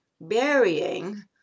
burying